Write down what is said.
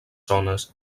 zones